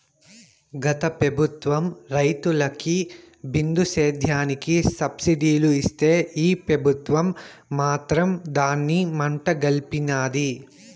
గత పెబుత్వం రైతులకి బిందు సేద్యానికి సబ్సిడీ ఇస్తే ఈ పెబుత్వం మాత్రం దాన్ని మంట గల్పినాది